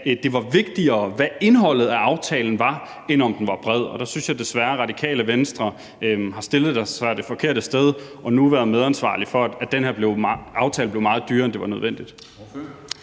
havde insisteret på, at indholdet af aftalen var vigtigere, end om den var bred, og der synes jeg desværre, at Radikale Venstre har stillet sig det forkerte sted og nu er medansvarlig for, at den her aftale blev meget dyrere, end det var nødvendigt.